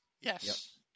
Yes